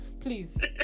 Please